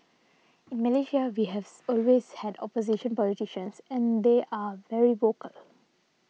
in Malaysia we has always had opposition politicians and they are very vocal